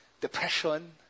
depression